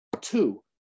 Two